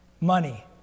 Money